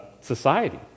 society